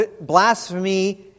blasphemy